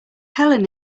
helen